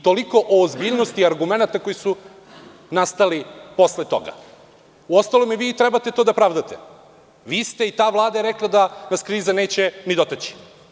Toliko o ozbiljnosti argumenata koji su nastali posle toga, uostalom, vi to treba da pravdate, vi ste i ta vlada je rekla da nas kriza neće ni dotaći.